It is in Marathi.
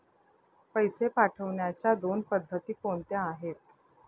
पैसे पाठवण्याच्या दोन पद्धती कोणत्या आहेत?